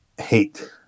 hate